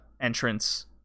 entrance